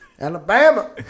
Alabama